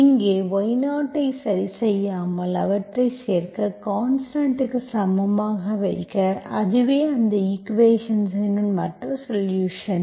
இங்கே y0 ஐ சரிசெய்யாமல் அவற்றைச் சேர்க்க கான்ஸ்டன்ட்க்கு சமமாக வைக்க அதுவே அந்த ஈக்குவேஷன்ஸ் இன் மற்ற சொலுஷன்ஸ்